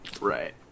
Right